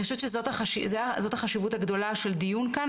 אני חושבת שיש חשיבות גדולה לדיון כאן